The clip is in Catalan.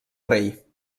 rei